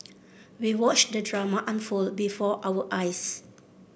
we watched the drama unfold before our eyes